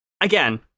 Again